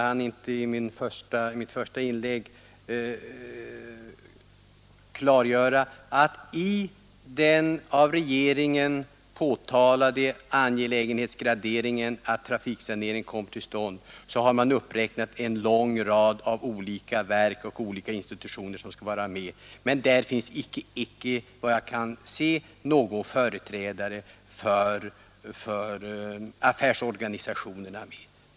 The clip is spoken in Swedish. Herr talman! När regeringen framhåller angelägenheten av att trafiksanering kommer till stånd så räknar man upp en lång rad av olika verk och institutioner som skall vara med vid planeringen, men där finns såvitt jag kan se icke någon företrädare för affärsorganisationerna med.